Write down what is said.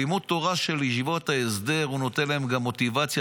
לימוד התורה של ישיבות ההסדר נותן להם גם מוטיבציה.